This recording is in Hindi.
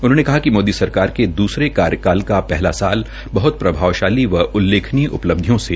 उन्होंने कहा िक मोदी सरकार के दूसरे कार्यालय का पहला साल बहत प्रभावशाली व उल्लेखनीय उपलब्धियों से भरा रहा है